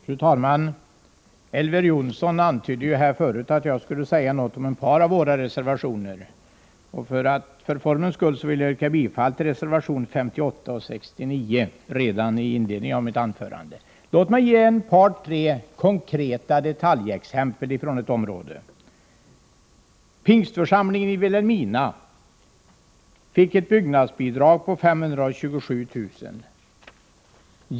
Fru talman! Elver Jonsson antydde tidigare att jag skulle säga något om ett par av våra reservationer. För formens skull yrkar jag bifall till reservationerna 58 och 69 redan i inledningen av mitt anförande. Låt mig anföra ett par tre konkreta detaljexempel på ett område. Pingstförsamlingen i Vilhelmina fick ett byggnadsbidrag på 527 000 kr.